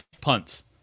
punts